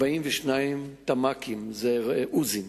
42 תמ"קים, זה עוזים,